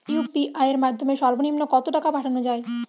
UPI এর মাধ্যমে সর্ব নিম্ন কত টাকা পাঠানো য়ায়?